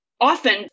Often